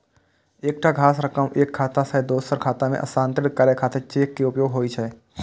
एकटा खास रकम एक खाता सं दोसर खाता मे हस्तांतरित करै खातिर चेक के उपयोग होइ छै